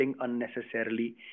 unnecessarily